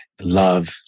love